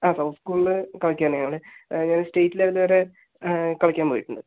ആ south school കളിക്കാൻ ആയാണ് ഞാൻ സ്റ്റേറ്റ് ലെവല് വരെ കളിക്കാൻ പോയിട്ടുണ്ട്